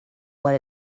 what